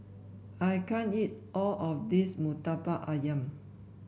I can't eat all of this murtabak ayam